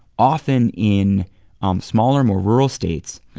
often, in um smaller, more rural states,